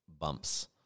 bumps